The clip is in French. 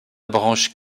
branche